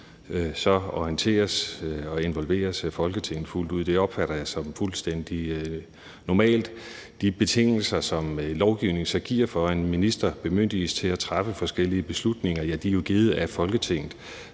orienteres og involveres Folketinget fuldt ud. Det opfatter jeg som fuldstændig normalt. De betingelser, som lovgivningen så giver, for, at en minister bemyndiges til at træffe forskellige beslutninger, er jo givet af Folketinget.